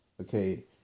Okay